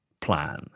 plan